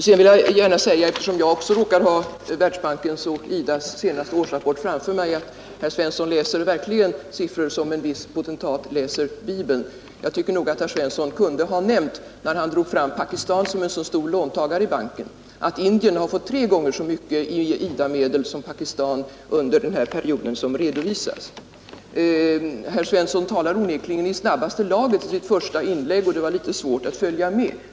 Sedan vill jag gärna säga, eftersom jag också råkar ha Världsbankens och IDA: senaste årsrapport framför mig, att herr Svensson verkligen läser siffror som en viss potentat läser Bibeln. Jag tycker nog att herr Svensson kunde ha nämnt, när han drog fram Pakistan som en så stor låntagare i banken, att Indien har fått tre gånger så mycket i IDA-medel som Pakistan under den här perioden som redovisas. Herr Svensson talade onekligen i snabbaste laget i sitt första inlägg, och det var litet svårt att följa med.